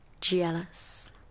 Jealous